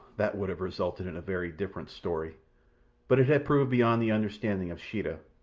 that would have resulted in a very different story but it had proved beyond the understanding of sheeta,